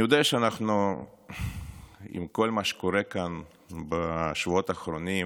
אני יודע שעם כל מה שקורה כאן בשבועות האחרונים,